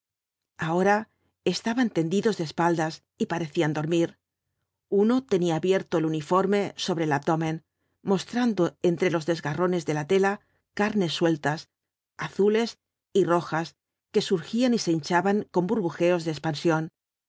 ahora estaban tendidos de espaldas y parecían dormir uno tenía abierto el uniforme sobre el abdomen mostrando entre los desgarrones de la tela carnes sueltas azules y rojas que surgían y se hinchaban con burbujeos de expansión